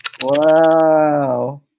Wow